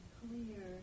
clear